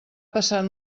passat